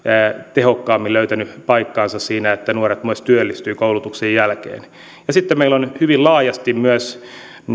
tehokkaammin löytänyt paikkaansa siinä että nuoret myös työllistyvät koulutuksen jälkeen sitten meillä on hyvin laajasti myös